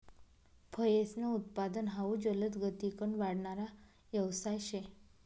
फयेसनं उत्पादन हाउ जलदगतीकन वाढणारा यवसाय शे